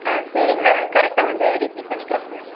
ஆ சரிங்ண்ணா நாங்கள் கரெக்ட்டாக வந்து ரிசீவ் பண்ணிக்கிறோங்ண்ணா